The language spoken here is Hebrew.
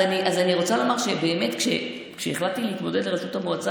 אז אני רוצה לומר שכשהחלטתי להתמודד לראשות המועצה